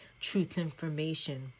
truth-information